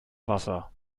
wasser